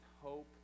hope